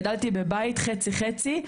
גדלתי בבית חצי חצי,